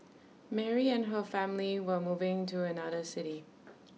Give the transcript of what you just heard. Mary and her family were moving to another city